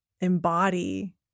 embody